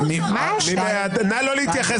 מי נמנע?